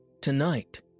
Tonight